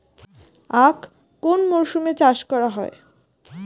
আখ কোন মরশুমে চাষ করা হয়?